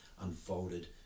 unfolded